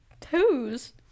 Toes